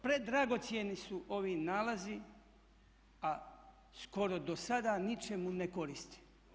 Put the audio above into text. Predragocjeni su ovi nalazi, a skoro do sada ničemu ne koristi.